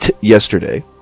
yesterday